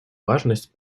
важность